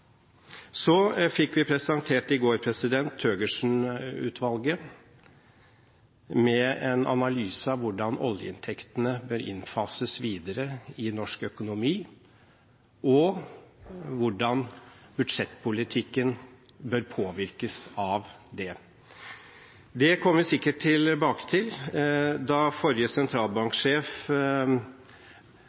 Så fikk vi i går presentert Thøgersen-utvalgets rapport, med en analyse av hvordan oljeinntektene bør innfases videre i norsk økonomi, og hvordan budsjettpolitikken bør påvirkes av det. Det kommer vi sikkert tilbake til. Da forrige sentralbanksjef